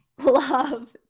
love